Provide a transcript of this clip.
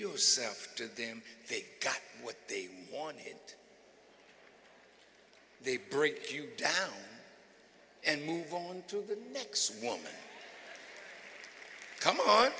yourself to them they got what they wanted they break you down and move on to next one come on